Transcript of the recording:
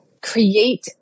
create